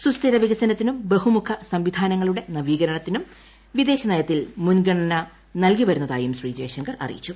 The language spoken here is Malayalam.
സുസ്ഥിര വികസനത്തിനും ബഹുമുഖ സംവിധാനങ്ങളുടെ നവീകരണത്തിനും വിദേശനയത്തിൽ മുൻഗണന നൽകിവരുന്നതായും ശ്രീ ജയശങ്കർ അറിയിച്ചു